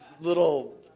little